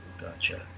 Gotcha